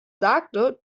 sagte